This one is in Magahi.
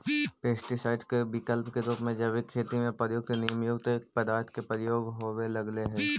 पेस्टीसाइड के विकल्प के रूप में जैविक खेती में प्रयुक्त नीमयुक्त पदार्थ के प्रयोग होवे लगले हि